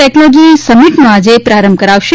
technology સમીટનો આજે પ્રારંભ કરાવશે